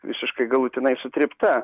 visiškai galutinai sutrypta